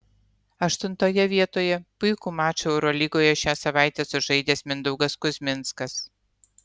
aštuntoje vietoje puikų mačą eurolygoje šią savaitę sužaidęs mindaugas kuzminskas